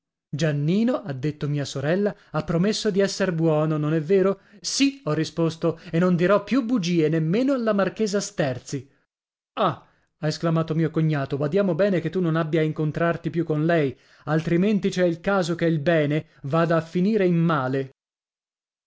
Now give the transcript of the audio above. giannino ha detto mia sorella ha promesso dì esser buono non è vero sì ho risposto e non dirò più bugie nemmeno alla marchesa sterzi ah ha esclamato mio cognato badiamo bene che tu non abbia a incontrarti più con lei altrimenti c'è il caso che il bene vada a finire in male